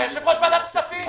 אתה יושב-ראש ועדת הכספים.